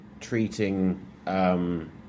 treating